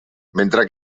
mentre